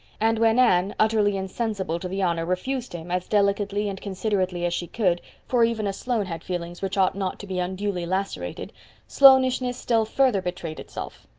and when anne, utterly insensible to the honor, refused him, as delicately and considerately as she could for even a sloane had feelings which ought not to be unduly lacerated sloanishness still further betrayed itself.